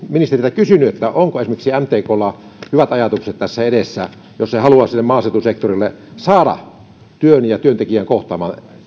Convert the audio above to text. ministeriltä kysynyt onko esimerkiksi mtklla hyvät ajatukset tässä edessä jos se haluaa maaseutusektorilla saada työn ja työntekijän kohtaamaan